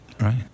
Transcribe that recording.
Right